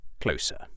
closer